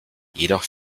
jedoch